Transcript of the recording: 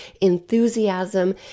enthusiasm